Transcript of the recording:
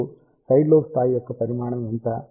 ఇప్పుడు side lobe స్థాయి యొక్క పరిమాణం ఎంత